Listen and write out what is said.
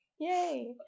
Yay